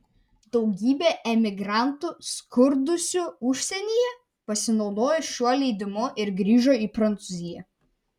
daugybė emigrantų skurdusių užsienyje pasinaudojo šiuo leidimu ir grįžo į prancūziją